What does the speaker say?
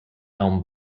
elm